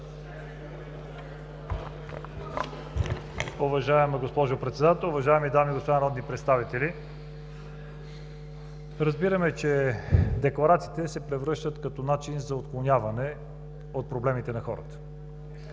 Уважаема госпожо Председател, уважаеми дами и господа народни представители! Разбираме, че декларациите се превръщат в начин за отклоняване от проблемите на хората.